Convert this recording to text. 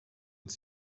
uns